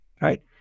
right